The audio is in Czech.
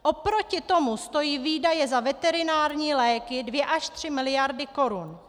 Oproti tomu stojí výdaje za veterinární léky 2 až 3 mld. korun.